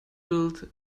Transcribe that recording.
built